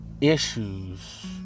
issues